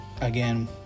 again